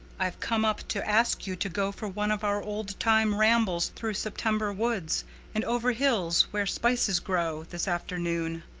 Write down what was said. i've come up to ask you to go for one of our old-time rambles through september woods and over hills where spices grow this afternoon,